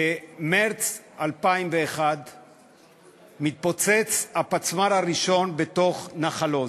במרס 2001 מתפוצץ הפצמ"ר הראשון בתוך נחל-עוז.